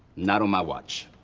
not on my watch.